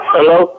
Hello